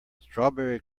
strawberry